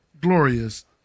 glorious